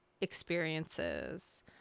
experiences